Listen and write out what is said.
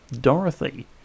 Dorothy